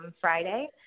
Friday